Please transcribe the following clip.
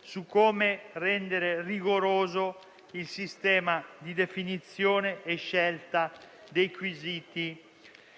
su come rendere rigoroso il sistema di definizione e scelta dei quesiti